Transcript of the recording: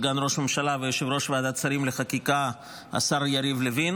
סגן ראש הממשלה ויושב-ראש ועדת שרים לחקיקה השר יריב לוין,